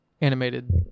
animated